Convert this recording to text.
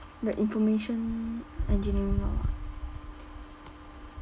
the information engineering or what